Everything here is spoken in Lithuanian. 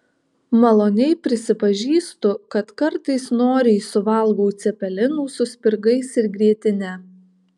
maloniai prisipažįstu kad kartais noriai suvalgau cepelinų su spirgais ir grietine